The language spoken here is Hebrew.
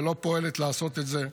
ולא פועלת לעשות את זה.